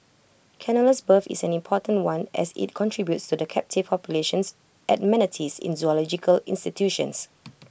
Canola's birth is an important one as IT contributes to the captive populations at manatees in zoological institutions